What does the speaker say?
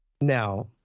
now